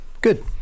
Good